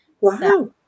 Wow